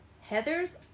Heather's